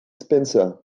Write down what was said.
spencer